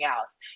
else